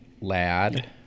lad